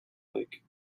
lake